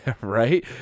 Right